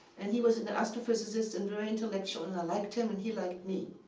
and he was an astrophysicist and very intellectual and i liked him, and he liked me.